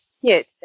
Yes